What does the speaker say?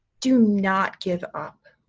do not give up.